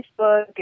Facebook